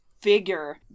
figure